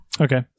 Okay